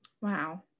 Wow